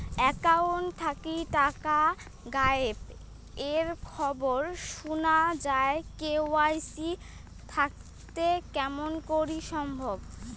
Account থাকি টাকা গায়েব এর খবর সুনা যায় কে.ওয়াই.সি থাকিতে কেমন করি সম্ভব?